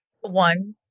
One